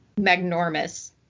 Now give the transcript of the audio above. magnormous